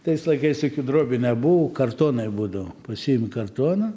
tais laikais jokių drobių nebuvo kartonai būdavo pasiimi kartoną